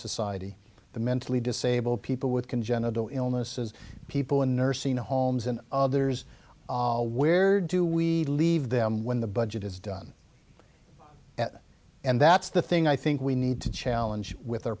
society the mentally disabled people with congenital illnesses people in nursing homes and others where do we leave them when the budget is done at and that's the thing i think we need to challenge with